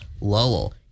Lowell